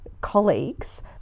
colleagues –